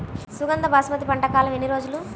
సుగంధ బాస్మతి పంట కాలం ఎన్ని రోజులు?